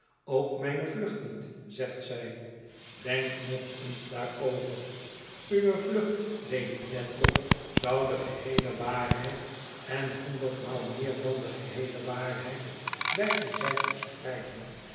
üok mijne vlucht niet zegt zij denk nog eens daarover uwe vlucht lady dediock zou de geheele waarheid en honderdmaal meer dan de geheele waarheid wijd en zijd verspreiden